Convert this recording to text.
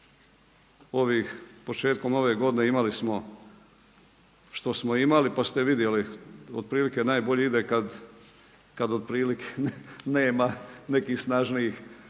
Ovih, početkom ove godine imali smo što smo imali, pa ste vidjeli otprilike najbolje ide kad otprilike nema nekih snažnijih